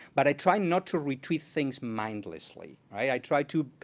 but i try not to retweet things mindlessly. i try to,